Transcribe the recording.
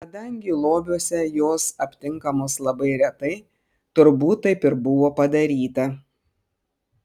kadangi lobiuose jos aptinkamos labai retai turbūt taip ir buvo padaryta